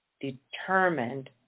determined